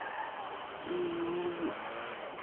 ᱮᱜ